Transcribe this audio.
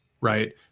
right